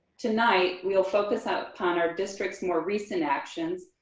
tonight, we'll focus out on our district's more recent actions,